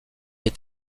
est